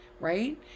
Right